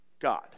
God